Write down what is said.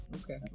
Okay